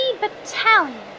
battalion